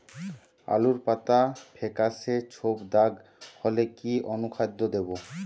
আলুর পাতা ফেকাসে ছোপদাগ হলে কি অনুখাদ্য দেবো?